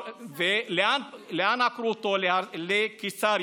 ולאן עקרו אותו, לקיסריה,